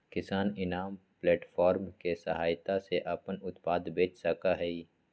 किसान इनाम प्लेटफार्म के सहायता से अपन उत्पाद बेच सका हई